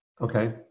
Okay